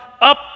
up